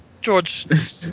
George